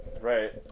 Right